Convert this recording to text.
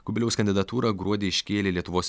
kubiliaus kandidatūrą gruodį iškėlė lietuvos